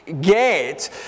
get